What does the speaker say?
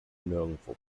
nirgendwo